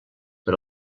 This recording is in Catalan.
per